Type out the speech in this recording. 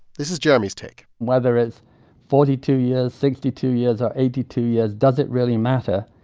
this is jeremy's take whether it's forty two years, sixty two years or eighty two years doesn't really matter.